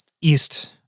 East